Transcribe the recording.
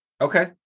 okay